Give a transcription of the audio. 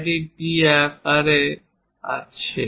তাই এটি T আকারে আছে